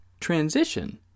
transition